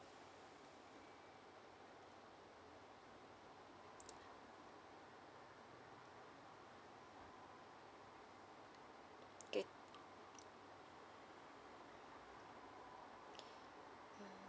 okay